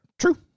True